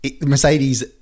Mercedes